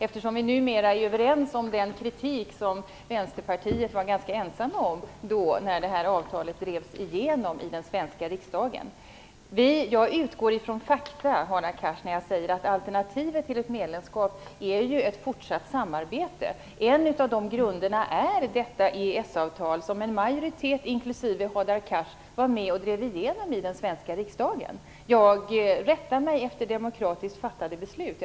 Numera är vi ju överens om den kritik som Vänsterpartiet var ganska ensamt om när detta avtal drevs igenom i den svenska riksdagen. Jag utgår från fakta, Hadar Cars, när jag säger att alternativet till ett medlemskap är ett fortsatt samarbete. En av grunderna är detta EES-avtal som en majoritet, inklusive Hadar Cars, var med om att driva igenom i den svenska riksdagen. Jag rättar mig efter demokratiskt fattade beslut.